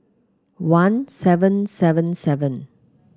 one seven seven seven